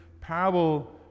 parable